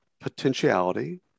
potentiality